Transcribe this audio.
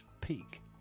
peak